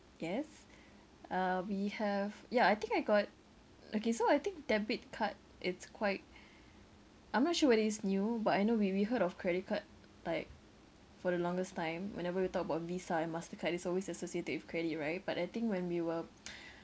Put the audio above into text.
yes uh we have yeah I think I got okay so I think debit card it's quite I'm not sure whether it's new but I know we we heard of credit card like for the longest time whenever we talk about visa and mastercard it's always associated with credit right but I think when we were